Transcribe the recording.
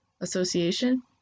association